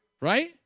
Right